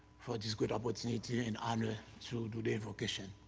for this good opportunity and honor to to the invocation.